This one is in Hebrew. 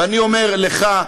ואני אומר לך,